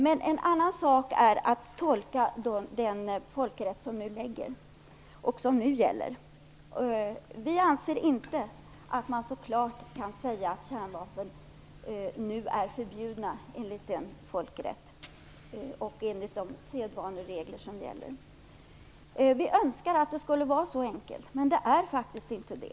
Men det är en annan sak att tolka den folkrätt som nu gäller. Vi anser inte att man så klart kan säga att kärnvapen nu är förbjudna enligt folkrätten och de sedvaneregler som gäller. Vi önskar att det skulle vara så enkelt, men det är faktiskt inte så.